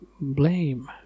blame